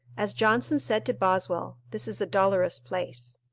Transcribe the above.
as johnson said to boswell, this is a dolorous place.